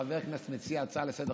חבר כנסת שמציע הצעה לסדר-היום,